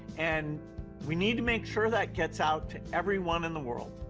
and we need to make sure that gets out to everyone in the world.